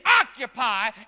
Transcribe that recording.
occupy